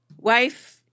Wife